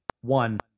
one